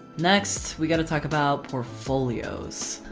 next we got to talk about portfolios.